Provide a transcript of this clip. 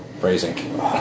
Phrasing